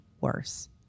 worse